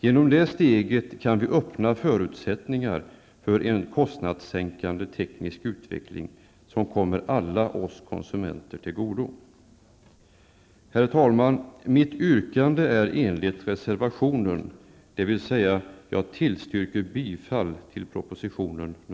Genom det steget kan vi öppna förutsättningar för en kostnadssänkande teknisk utveckling som kommer alla oss konsumenter till godo. Herr talman! Mitt yrkande är i enlighet med reservation nr 1, dvs. jag yrkar bifall till proposition